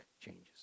changes